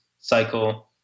cycle